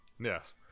Yes